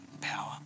power